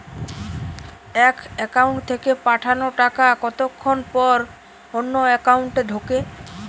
এক একাউন্ট থেকে পাঠানো টাকা কতক্ষন পর অন্য একাউন্টে ঢোকে?